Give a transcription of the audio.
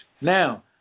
Now